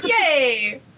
Yay